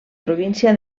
província